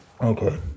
Okay